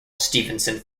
stephenson